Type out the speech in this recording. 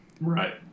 Right